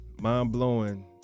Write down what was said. mind-blowing